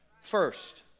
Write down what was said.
First